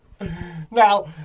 Now